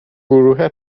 گروه